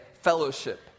fellowship